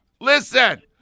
Listen